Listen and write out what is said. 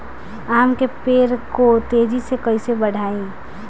आम के पेड़ को तेजी से कईसे बढ़ाई?